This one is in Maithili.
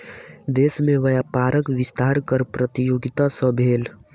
देश में व्यापारक विस्तार कर प्रतियोगिता सॅ भेल